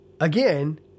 Again